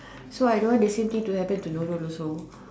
so I don't want the same thing to happen to Nurul also